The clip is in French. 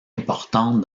importante